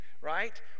right